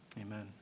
Amen